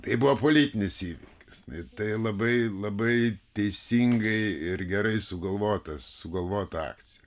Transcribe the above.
tai buvo politinis įvykis ne tai labai labai teisingai ir gerai sugalvotas sugalvota akcija